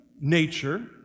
nature